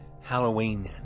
Halloween